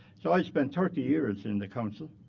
so i spent thirty years in the council.